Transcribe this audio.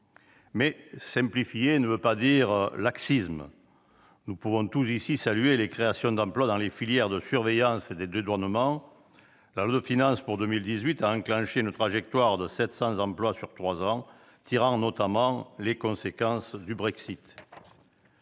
Mais simplification ne veut pas dire laxisme. Nous pouvons tous ici saluer les créations d'emplois dans les filières de surveillance et de dédouanement : la loi de finances pour 2018 a enclenché une trajectoire de 700 créations d'emplois sur trois ans, tirant notamment les conséquences du Brexit.